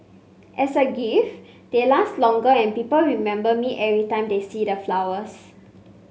as a gift they last longer and people remember me every time they see the flowers